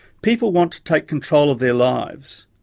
people want to take control of their lives.